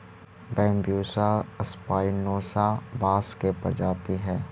Bambusa स्पायनोसा बाँस के प्रजाति हइ